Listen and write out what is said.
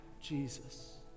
Jesus